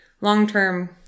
long-term